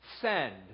send